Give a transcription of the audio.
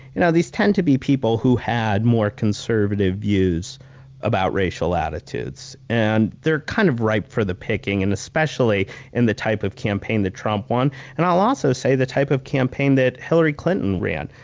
you know these tend to be people who had more conservative views about racial attitudes, and they're kind of ripe for the picking, and especially in the type of campaign that trump won and, i'll also say, in the type of campaign that hillary clinton ran.